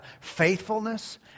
faithfulness